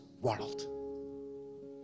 world